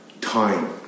time